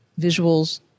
visuals